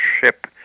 ship